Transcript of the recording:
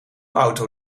auto